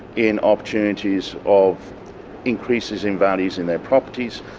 in opportunities of increases in values in their properties,